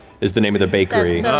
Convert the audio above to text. is the name of the bakery.